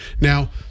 Now